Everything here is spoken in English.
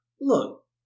Look